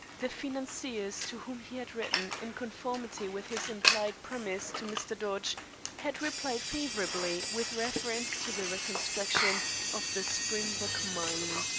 the financiers to whom he had written in conformity with his implied promise to mr. dodge had replied favorably with reference to the reconstruction of the springbok mine.